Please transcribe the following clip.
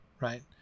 right